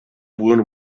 wound